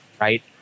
right